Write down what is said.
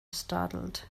startled